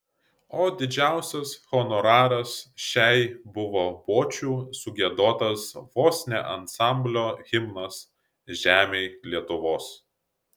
o didžiausias honoraras šiai buvo bočių sugiedotas vos ne ansamblio himnas žemėj lietuvos